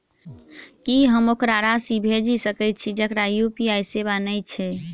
की हम ओकरा राशि भेजि सकै छी जकरा यु.पी.आई सेवा नै छै?